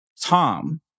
Tom